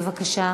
בבקשה,